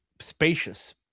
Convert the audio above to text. spacious